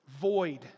Void